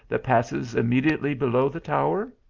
that passes immediately below the tower.